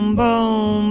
boom